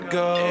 go